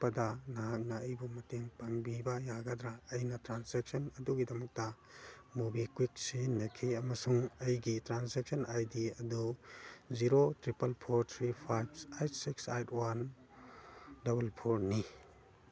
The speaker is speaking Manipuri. ꯀꯛꯊꯠꯄꯗ ꯅꯍꯥꯛꯅ ꯑꯩꯕꯨ ꯃꯇꯦꯡ ꯄꯥꯡꯕꯤꯕ ꯌꯥꯒꯗ꯭ꯔꯥ ꯑꯩꯅ ꯇ꯭ꯔꯦꯟꯖꯦꯛꯁꯟ ꯑꯗꯨꯒꯤꯗꯃꯛꯇ ꯃꯨꯕꯤꯀ꯭ꯋꯤꯛ ꯁꯤꯖꯤꯟꯅꯈꯤ ꯑꯃꯁꯨꯡ ꯑꯩꯒꯤ ꯇ꯭ꯔꯥꯟꯖꯦꯛꯁꯟ ꯑꯥꯏ ꯗꯤ ꯑꯗꯨ ꯖꯤꯔꯣ ꯇ꯭ꯔꯤꯄꯜ ꯐꯣꯔ ꯊ꯭ꯔꯤ ꯐꯥꯏꯕ eight six eight one double ꯐꯣꯔꯅꯤ